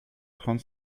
trente